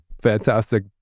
fantastic